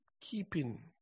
keeping